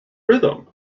rhythm